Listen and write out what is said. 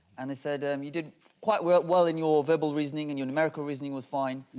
and they said, and you did quite well well in your verbal reasoning and your numerical reasoning was fine.